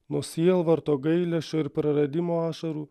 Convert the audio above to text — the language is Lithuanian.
nuo sielvarto gailesčio ir praradimo ašarų